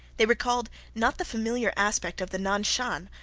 they recalled not the familiar aspect of the nan-shan,